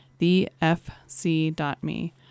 thefc.me